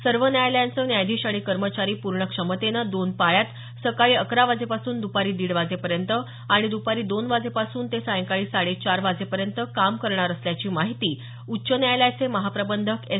सर्व न्यायालयांचे न्यायाधीश आणि कर्मचारी पूर्ण क्षमतेनं दोन पाळ्यांत सकाळी अकरा वाजेपासून द्पारी दीड वाजेपर्यँत आणि द्पारी दोन वाजेपासून ते सायंकाळी साडेचार वाजेपर्यंत काम करणार असल्याची माहिती उच्च न्यायालयाचे महाप्रबंधक एस